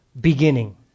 beginning